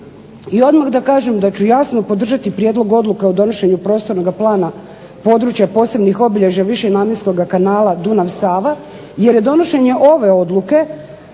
i odmah da kažem da ću jasno podržati prijedlog Odluke o donošenju Prostornoga plana područja posebnih obilježja višenamjenskoga kanala Dunav-Sava jer je donošenje ove odluke